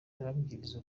ndababwiza